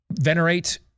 venerate